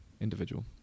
individual